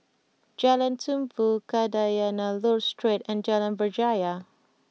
Jalan Tumpu Kadayanallur Street and Jalan Berjaya